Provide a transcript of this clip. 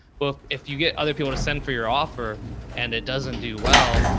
well, if you get other people to send for your offer and it doesn't do well,